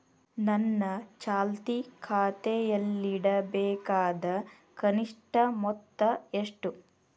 ನನ್ನ ಚಾಲ್ತಿ ಖಾತೆಯಲ್ಲಿಡಬೇಕಾದ ಕನಿಷ್ಟ ಮೊತ್ತ ಎಷ್ಟು?